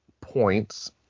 points